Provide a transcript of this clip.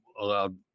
allowed